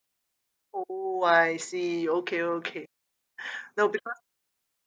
oh I see okay okay no because